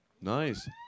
Nice